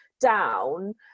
down